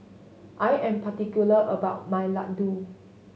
I am particular about my laddu